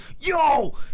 yo